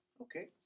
Okay